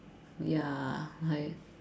ya like